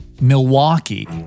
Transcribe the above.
Milwaukee